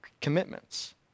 commitments